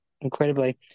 incredibly